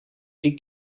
drie